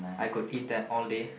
I could eat that all day